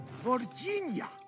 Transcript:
Virginia